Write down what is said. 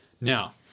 now